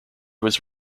was